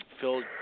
Phil